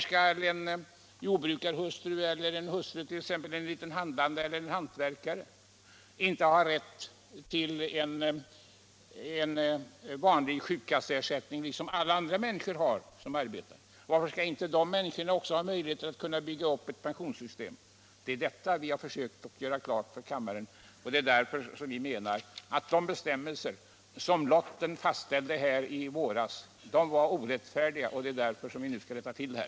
Skall en jordbrukarhustru eller en hustru till en liten handlande eller hantverkare inte ha rätt till vanlig sjukkasseersättning som alla andra människor som arbetar? Varför skall inte dessa människor också ha möjlighet att bygga upp ett pensionsskydd? Vi menar att de bestämmelser som med lottens hjälp fastställdes i våras var orättfärdiga. Det är därför vi nu skall rätta till dem.